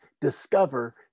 discover